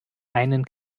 einen